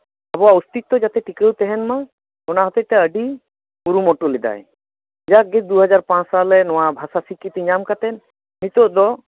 ᱟᱵᱚᱣᱟᱜ ᱚᱥᱛᱤᱛᱛᱚ ᱡᱟᱛᱮ ᱴᱤᱠᱟᱹᱣ ᱛᱟᱦᱮᱱ ᱢᱟ ᱚᱱᱟ ᱦᱚᱛᱮᱡᱛᱮ ᱟᱹᱰᱤ ᱠᱩᱨᱩᱢᱩᱴᱩ ᱞᱮᱫᱟᱭ ᱡᱟᱠᱜᱮ ᱫᱩ ᱦᱟᱡᱟᱨ ᱯᱟᱸᱪ ᱥᱟᱞᱨᱮ ᱱᱚᱣᱟ ᱵᱷᱟᱥᱟ ᱥᱤᱠᱨᱤᱛᱤᱭ ᱧᱟᱢ ᱠᱟᱛᱮ ᱱᱤᱛᱳᱜ ᱫᱚ